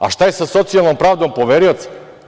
A šta je sa socijalnom pravdom poverioca?